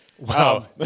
Wow